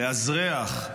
לאזרח,